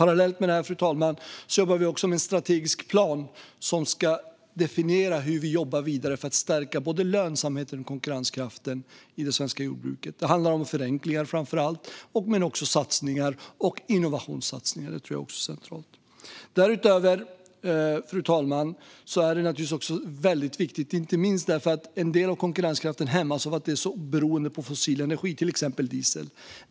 Parallellt med detta, fru talman, jobbar vi med en strategisk plan som ska definiera hur vi jobbar vidare för att stärka lönsamheten och konkurrenskraften i det svenska jordbruket. Det handlar framför allt om förenklingar men också om satsningar, till exempel innovationssatsningar; det tror jag också är centralt. En del av konkurrenskraften hämmas av beroendet av fossil energi, till exempel diesel.